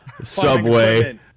Subway